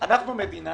אנחנו מדינה